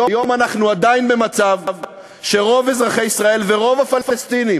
היום אנחנו עדיין במצב שרוב אזרחי ישראל ורוב הפלסטינים